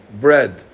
bread